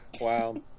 Wow